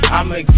I'ma